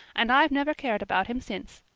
and i've never cared about him since.